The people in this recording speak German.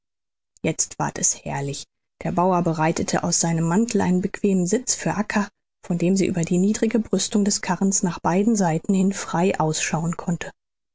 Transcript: jetzt ward es herrlich der bauer bereitete aus seinem mantel einen bequemen sitz für acca von dem sie über die niedrige brüstung des karrens nach beiden seiten hin frei ausschauen konnte